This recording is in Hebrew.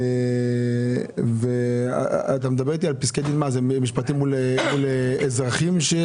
אל המשפטים מול אזרחים?